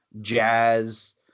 jazz